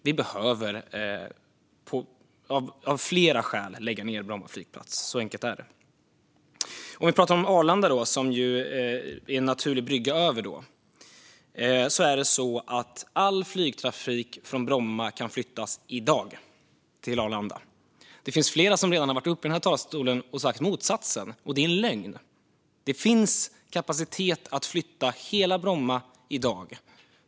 Vi behöver av flera skäl lägga ned Bromma flygplats; så enkelt är det. Detta blir en naturlig brygga till att prata om Arlanda. Det är så att all flygtrafik kan flyttas från Bromma till Arlanda, i dag. Flera har stått i den här talarstolen och sagt motsatsen, vilket är lögn. Det finns kapacitet att flytta hela Bromma i dag.